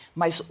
mas